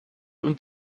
und